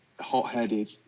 hot-headed